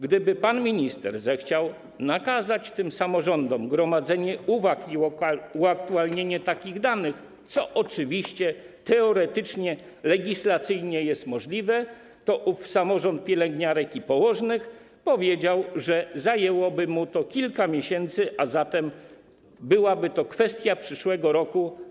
Gdyby pan minister zechciał nakazać tym samorządom gromadzenie uwag i uaktualnienie takich danych, co oczywiście teoretycznie, legislacyjnie jest możliwe, to ów samorząd pielęgniarek i położnych powiedział, że zajęłoby mu to kilka miesięcy, a zatem byłaby to kwestia przyszłego roku.